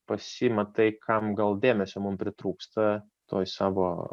pasiima tai kam gal dėmesio mums pritrūksta toj savo